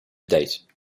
date